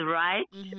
right